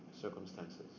circumstances